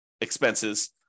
expenses